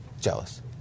jealous